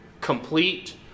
complete